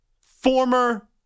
former